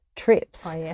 trips